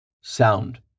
sound